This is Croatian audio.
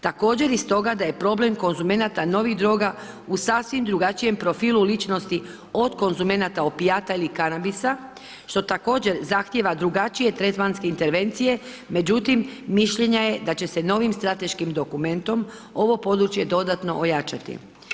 Također i stoga da je problem konzumenata novih droga u sasvim drugačijem profilu ličnosti od konzumenata opijata ili kanabisa, što također zahtjeva drugačije tretmanske intervencije, međutim mišljenja je da će se novim strateškim dokumentom ovo područje dodatno ojačati.